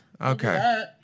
Okay